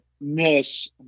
miss